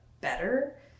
better